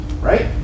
Right